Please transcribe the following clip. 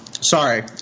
sorry